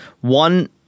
One